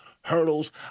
hurdles